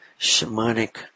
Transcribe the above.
shamanic